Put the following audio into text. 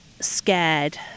scared